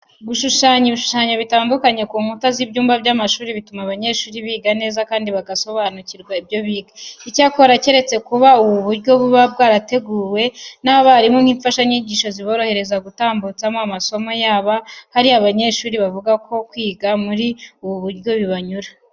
Gushushanya ibishushanyo bitandukanye ku nkuta z'ibyumba by'amashuri bituma abanyeshuri biga neza kandi bagasobanukirwa ibyo biga. Icyakora uretse kuba ubu buryo buba bwarateguwe n'abarimu nk'imfashanyigisho ziborohereza gutambutsamo amasomo yaba, hari n'abanyeshuri bavuga ko kwiga muri ubu buryo bibanyura.